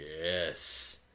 Yes